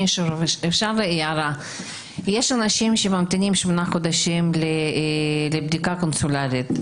יש אנשים שממתינים שמונה חודשים לבדיקה קונסולרית,